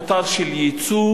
קטר של יצוא,